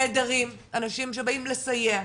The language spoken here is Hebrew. נהדרים, אנשים שבאים לסייע,